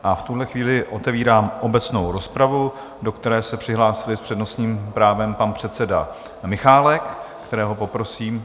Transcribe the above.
V tuhle chvíli otevírám obecnou rozpravu, do které se přihlásili s přednostním právem pan předseda Michálek, kterého poprosím.